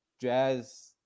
Jazz